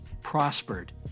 prospered